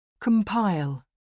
Compile